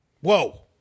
Whoa